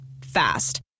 Fast